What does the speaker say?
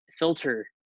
filter